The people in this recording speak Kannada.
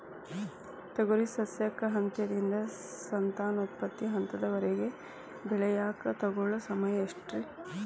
ತೊಗರಿ ಸಸ್ಯಕ ಹಂತದಿಂದ, ಸಂತಾನೋತ್ಪತ್ತಿ ಹಂತದವರೆಗ ಬೆಳೆಯಾಕ ತಗೊಳ್ಳೋ ಸಮಯ ಎಷ್ಟರೇ?